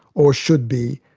or should be,